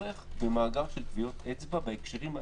הצורך במאגר של טביעות אצבע בהקשרים האלה.